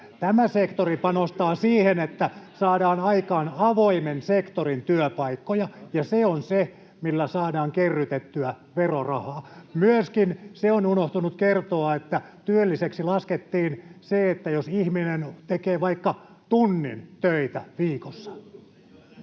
Tämä sektori panostaa siihen, että saadaan aikaan avoimen sektorin työpaikkoja, ja se on se, millä saadaan kerrytettyä verorahaa. Myöskin se on unohtunut kertoa, että työlliseksi laskettiin se, jos ihminen teki vaikka tunnin töitä viikossa.